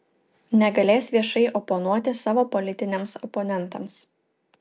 negalės viešai oponuoti savo politiniams oponentams